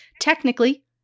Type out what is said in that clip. Technically